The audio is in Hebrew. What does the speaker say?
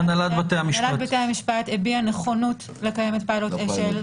הנהלת בתי המשפט הביעה נכונות לקיים את פילוט אשל.